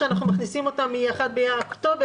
אדם שהרוויח לפני האבטלה 10,000 שקלים,